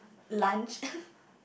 lunch